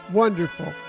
wonderful